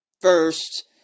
first